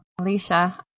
Alicia